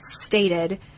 stated